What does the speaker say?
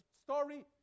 story